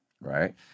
right